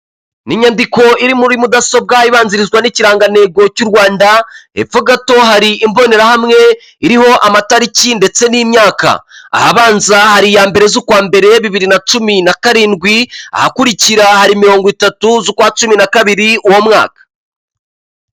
Inyandiko iri muri mudasobwa ibanzirizwa n'ikirangantego cy'u rwanda ivuga hari imbonerahamwe iriho amatariki ndetse n'imyaka. Ahabanza hari iya mbere z'ukwa mbere bibiri na cumi na karindwi ahakurikira hari mirongo itatu z'ukwa cumi na kabiri uwo mwaka.